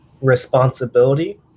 responsibility